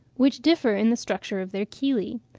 which differ in the structure of their chelae.